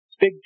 Big